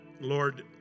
Lord